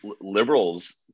liberals